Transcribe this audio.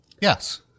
yes